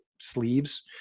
sleeves